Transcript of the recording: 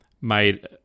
made